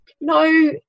No